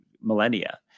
millennia